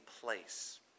place